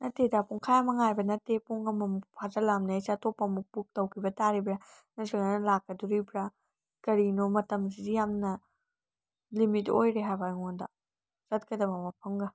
ꯅꯠꯇꯦꯗ ꯄꯨꯡꯈꯥꯏ ꯑꯃ ꯉꯥꯏꯕ ꯅꯠꯇꯦ ꯄꯨꯡ ꯑꯃꯃꯨꯡ ꯐꯥꯖꯤꯜꯂꯛꯑꯕꯅꯦ ꯑꯩꯁꯦ ꯑꯇꯣꯞꯄ ꯑꯃꯃꯨꯛ ꯕꯨꯛ ꯇꯧꯈꯤꯕ ꯇꯥꯔꯤꯕ꯭ꯔ ꯅꯠꯇ꯭ꯔꯒꯅ ꯂꯥꯛꯀꯗꯣꯔꯤꯕ꯭ꯔ ꯀꯔꯤꯅꯣ ꯃꯇꯝꯁꯤꯗꯤ ꯌꯥꯝꯅ ꯂꯤꯃꯤꯠ ꯑꯣꯏꯔꯦ ꯍꯥꯏꯕ ꯑꯩꯉꯣꯟꯗ ꯆꯠꯀꯗꯕ ꯃꯐꯝꯒ